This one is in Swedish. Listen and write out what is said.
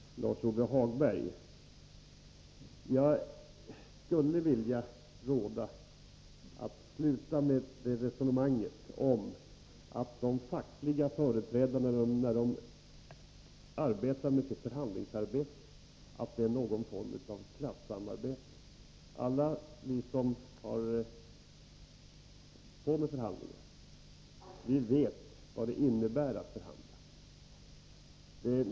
Herr talman! Jag vill nog återigen börja med Lars-Ove Hagberg. Jag skulle vilja råda honom att sluta med resonemanget om att de fackliga företrädarna när de arbetar med sitt förhandlingsarbete sysslar med någon form av klassamarbete. Alla vi som har hållit på med förhandlingar vet vad det innebär att förhandla.